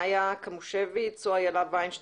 איה קמושביץ או איילה ויינשטיין?